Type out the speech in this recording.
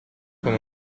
come